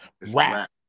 rap